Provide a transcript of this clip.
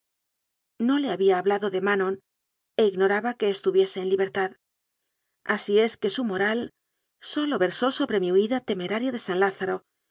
no le había hablado de ma non e ignoraba que estuviese en libertad así es que su moral sólo versó sobre mi huida temeraria de san lázaro